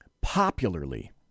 popularly